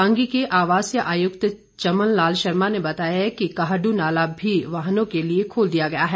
पांगी के आवासीय आयुक्त चमन लाल शर्मा ने बताया कि काहड्रनाला भी वाहनों के लिए खोल दिया गया है